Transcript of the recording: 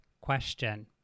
question